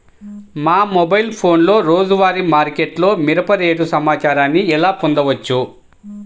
మా మొబైల్ ఫోన్లలో రోజువారీ మార్కెట్లో మిరప రేటు సమాచారాన్ని ఎలా పొందవచ్చు?